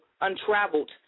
untraveled